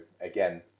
again